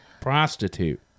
prostitute